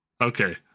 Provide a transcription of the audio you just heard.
okay